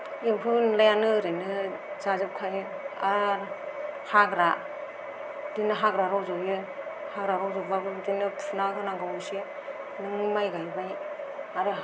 एम्फौ एनलायानो ओरैनो जाजोबखायो आरो हाग्रा बिदिनो हाग्रा रज'यो हाग्रा रज'ब्लाबो बिदिनो फुना होनांगौ एसे नों माइ गायबाय आरो